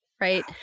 Right